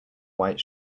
white